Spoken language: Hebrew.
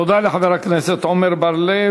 תודה לחבר הכנסת עמר בר-לב.